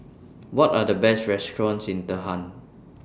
What Are The Best restaurants in Tehran